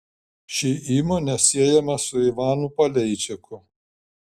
ši įmonė siejama su ivanu paleičiku